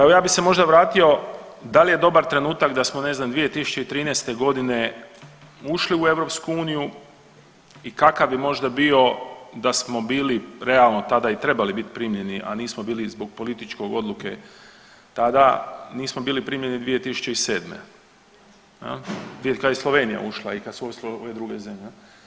Evo ja bi se možda vratio da li je dobar trenutak da smo ne znam 2013. godine ušli u EU i kakav bi možda bio da smo bili realno tada i trebali primljeni, a nismo bili zbog političke odluke tada, nismo bili primljeni 2007. jel, kad je Slovenija ušla i kad su ušle one druge zemlje.